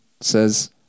says